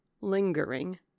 lingering